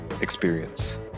experience